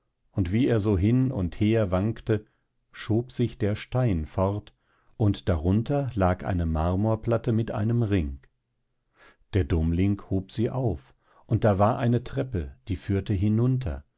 und wie er so hin und her wankte schob sich der stein fort und darunter lag eine marmorplatte mit einem ring der dummling hob sie auf und da war eine treppe die führte hinunter